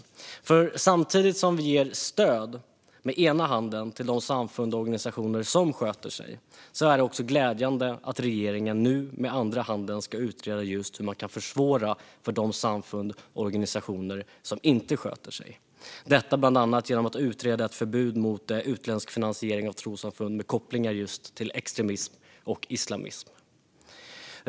Det är glädjande att regeringen nu, samtidigt som den med ena handen ger stöd till de samfund och organisationer som sköter sig, med andra handen ska utreda hur man ska försvåra för de samfund och organisationer som inte sköter sig, detta bland annat genom att utreda ett förbud mot utländsk finansiering av trossamfund med kopplingar just till extremism och islamism.